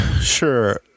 Sure